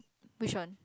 which one